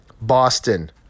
Boston